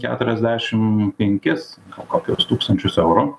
keturiasdešim penkis kokius tūkstančius eurų